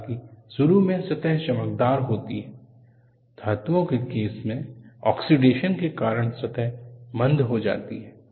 हालांकि शुरू में सतह चमकदार होती हैधातुओं के केस में ऑक्सीडेश्न के कारण सतह मंद हो जाती है